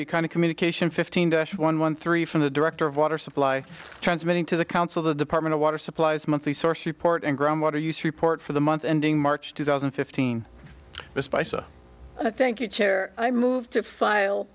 you kind of communication fifteen dash one one three from the director of water supply transmitting to the council the department of water supplies monthly source report and groundwater use report for the month ending march two thousand and fifteen miss by so i thank you chair i move to file